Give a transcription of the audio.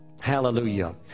Hallelujah